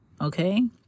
okay